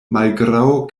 malgraŭ